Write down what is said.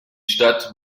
stadt